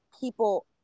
people